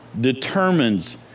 determines